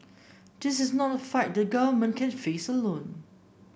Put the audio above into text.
this is not a fight the government can face alone